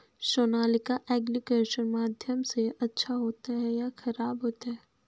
Sonalika agriculture माध्यम से अच्छा होता है या ख़राब होता है?